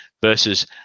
versus